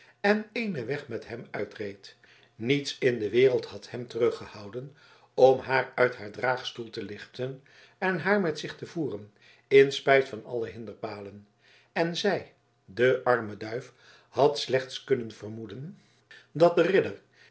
en éénen weg met hem uitreed niets in de wereld had hem teruggehouden om haar uit haar draagstoel te lichten en haar met zich te voeren in spijt van alle hinderpalen en zij de arme duif had zij slechts kunnen vermoeden dat de